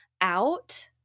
out